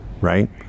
Right